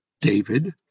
David